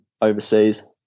overseas